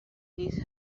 these